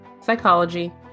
psychology